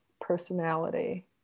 personality